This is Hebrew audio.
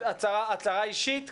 הצהרה אישית?